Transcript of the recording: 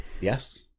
yes